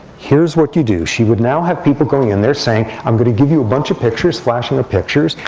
here's what you do. she would now have people going in there saying, i'm going to give you a bunch of pictures, flashing up pictures.